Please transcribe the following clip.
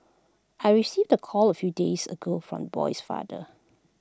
I received the call A few days ago from boy's father